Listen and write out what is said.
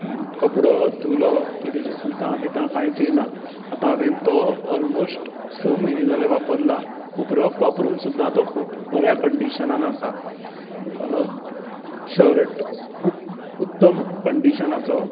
कपडो धूलो की तेजी सुता बितां कांयच येयनात आता हांवेन तो ऑलमोस्ट स म्हयने जाले वापरला खूब रफ वापरून सुद्दां तो खूब बऱ्या कंडीशनान आसा शर्ट खूब उत्तम कंडीशनाचो